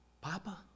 Papa